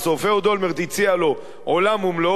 אהוד אולמרט הציע לו עולם ומלואו: